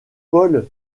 paul